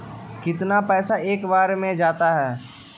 कितना पैसा एक बार में जाता है?